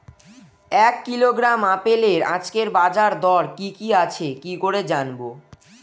এক কিলোগ্রাম আপেলের আজকের বাজার দর কি কি আছে কি করে জানবো?